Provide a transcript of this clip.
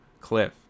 Cliff